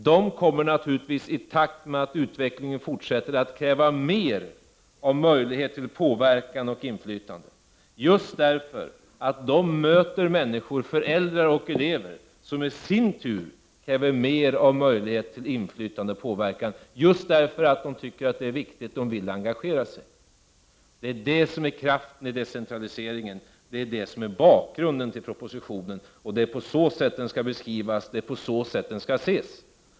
De kommer naturligtvis i takt med att utvecklingen fortsätter att kräva ökade möjligheter att påverka och få inflytande just därför att de möter föräldrar och elever som i sin tur kräver större möjligheter till inflytande och påverkan av den anledningen att de tycker att skolan är viktig och att de vill engagera sig. Det är det som är kraften i decentraliseringen. Det är det som är bakgrunden till propositionen. Det är på så sätt den skall beskrivas, och det är på så sätt den skall ses.